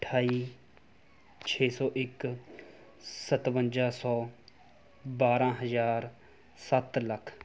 ਅਠਾਈ ਛੇ ਸੌ ਇੱਕ ਸਤਵੰਜਾ ਸੌ ਬਾਰਾਂ ਹਜ਼ਾਰ ਸੱਤ ਲੱਖ